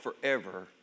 forever